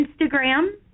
Instagram